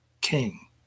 King